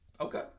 Okay